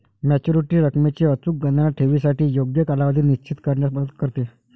maturity रकमेची अचूक गणना ठेवीसाठी योग्य कालावधी निश्चित करण्यात मदत करते